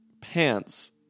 pants